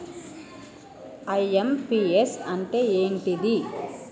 IMPS అంటే ఏంటిది?